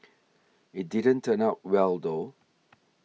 it didn't turn out well though